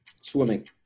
Swimming